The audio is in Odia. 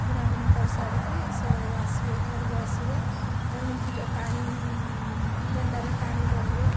ବୁଣାବୁଣି କରି ସାରିକି ସେ ଆସିବେ ଘରକୁ ଆସିବେ ପୁଣି ଯିବେ ପାଣି ତେଣ୍ଡାରେ ପାଣି ବୋହିବେ